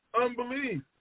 unbelief